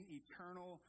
eternal